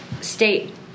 state